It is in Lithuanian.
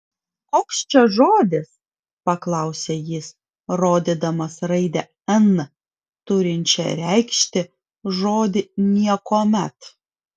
koks čia žodis paklausė jis rodydamas raidę n turinčią reikšti žodį niekuomet